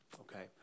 okay